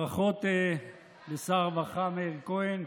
ברכות לשר הרווחה מאיר כהן,